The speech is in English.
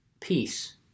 peace